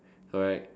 correct